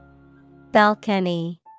Balcony